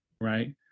right